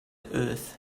earth